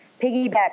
piggyback